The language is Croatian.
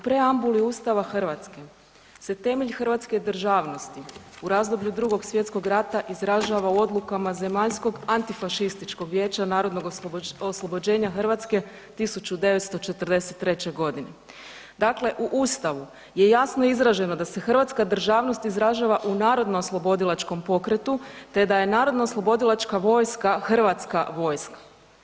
U preambuli Ustava Hrvatske se temelj hrvatske državnosti u razdoblju II. svj. rada izražava odlukama Zemaljskog antifašističkog vijeća narodnog oslobođenja Hrvatske 1943. g. dakle u Ustavu je jasno izraženo da se hrvatska državnost izražava u narodnooslobodilačkom pokretu te da je narodnooslobodilačka vojska – hrvatska vojska.